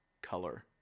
color